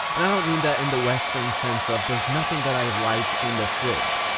and i don't mean that in the western sense of there's nothing that i like in the fridge.